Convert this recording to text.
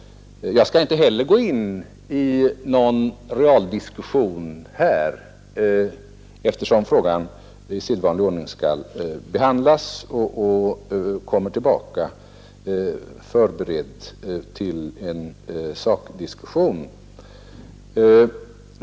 Jag skall inte heller gå in i någon realdiskussion här, eftersom frågan i sedvanlig ordning skall förberedas och senare tas upp till en sakdiskussion.